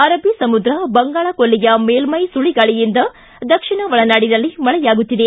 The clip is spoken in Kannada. ಅರಬ್ಬೀ ಸಮುದ್ರ ಬಂಗಾಳಕೊಲ್ಲಿಯ ಮೇಲ್ಮೈ ಸುಳಗಾಳಿಯಿಂದ ದಕ್ಷಿಣ ಒಳನಾಡಿನಲ್ಲಿ ಮಳೆಯಾಗುತ್ತಿದೆ